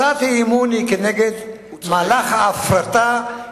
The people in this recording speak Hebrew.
הצעת האי-אמון היא נגד מהלך ההפרטה.